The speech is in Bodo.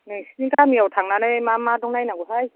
नोंसिनि गामियाव थांनानै मा मा दं नायनांगौहाय